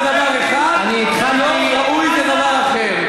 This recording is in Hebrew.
מותר זה דבר אחד, לא ראוי זה דבר אחר.